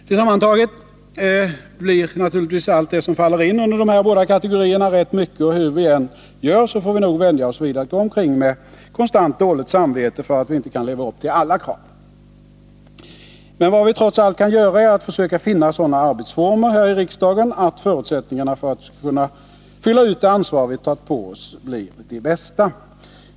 Tillsammantaget blir naturligtvis allt det som faller in under de här båda kategorierna rätt mycket, och hur vi än gör får vi nog vänja oss vid att gå omkring med konstant dåligt samvete för att vi inte kan leva upp till alla krav. Men vad vi trots allt kan göra är att försöka finna sådana arbetsformer här i riksdagen att förutsättningarna för att vi skall kunna fylla ut det ansvar vi tagit på oss blir det bästa.